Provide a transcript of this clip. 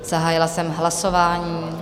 Zahájila jsem hlasování.